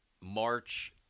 march